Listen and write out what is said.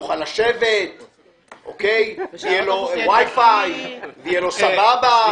יוכל לשבת ויהיה לו Wi-Fi ויהיה לו סבבה.